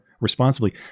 responsibly